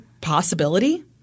possibility